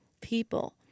people